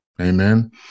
Amen